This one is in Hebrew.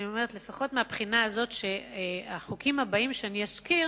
לפחות מבחינה זו שהחוקים הבאים שאני אזכיר